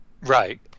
Right